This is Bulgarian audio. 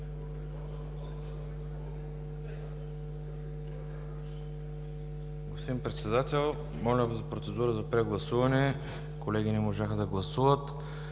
моля за процедура за прегласуване. Колеги не можаха да гласуват.